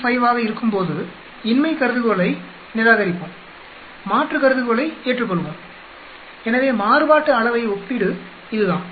5 ஆக இருக்கும்போது இன்மை கருதுகோளை நிராகரிப்போம் மாற்று கருதுகோளை ஏற்றுக்கொள்வோம் எனவே மாறுபாட்டு அளவை ஒப்பீடு இதுதான்